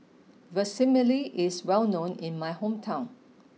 is well known in my hometown